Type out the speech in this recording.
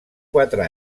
quatre